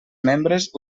membres